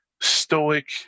stoic